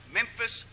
Memphis